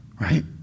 Right